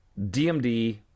DMD